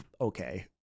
okay